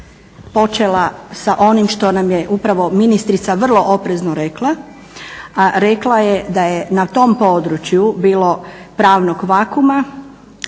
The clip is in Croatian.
počela sa onim što je nam je upravo ministrica vrlo oprezno rekla, a rekla da je na tom području bilo pravnog vakuuma,